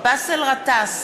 באסל גטאס,